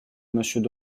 monsieur